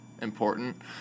important